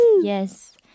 Yes